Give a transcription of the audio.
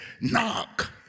knock